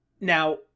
Now